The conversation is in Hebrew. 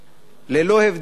ללא הבדלי דת,